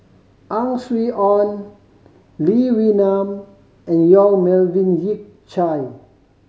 Ang Swee Aun Lee Wee Nam and Yong Melvin Yik Chye